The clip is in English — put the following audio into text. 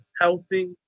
healthy